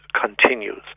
continues